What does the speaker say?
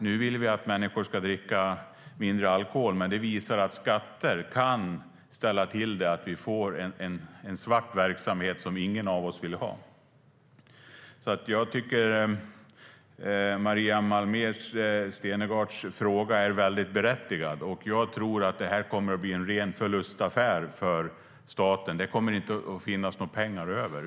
Nu vill vi ju att människor ska dricka mindre alkohol, men detta visar att skatter kan ställa till det så att vi får en svart verksamhet som ingen av oss vill ha. Jag tycker därför att Maria Malmer Stenergards fråga är väldigt berättigad, och jag tror att det här kommer att bli en ren förlustaffär för staten. Det kommer inte att finns några pengar över.